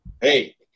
Hey